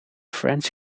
french